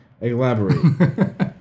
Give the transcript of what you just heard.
Elaborate